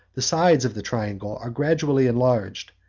the sides of the triangle are gradually enlarged,